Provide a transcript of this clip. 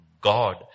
God